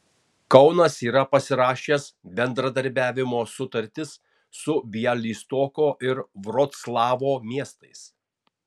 kaunas yra pasirašęs bendradarbiavimo sutartis su bialystoko ir vroclavo miestais